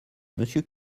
monsieur